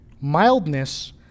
Mildness